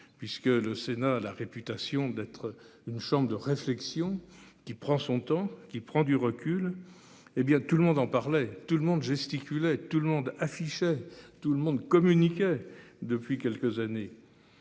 puisque le Sénat a la réputation d'être une chambre de réflexion qui prend son temps, qui prend du recul. Eh bien tout le monde en parlait. Tout le monde gesticulait tout le monde affichait tout le monde communiqué depuis quelques années.